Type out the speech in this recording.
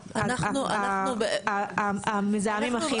המזהמים הכימיים.